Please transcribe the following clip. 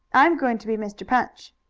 i'm going to be mr. punch.